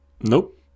Nope